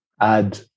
add